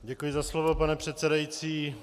Děkuji za slovo, pane předsedající.